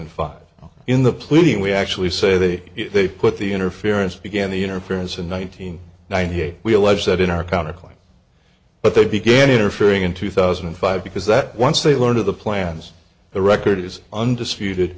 and five in the pleading we actually say that they put the interference began the interference in one nine hundred ninety eight we allege that in our counter claim but they began interfering in two thousand and five because that once they learned of the plans the record is undisputed